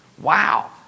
Wow